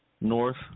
North